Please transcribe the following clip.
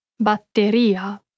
Batteria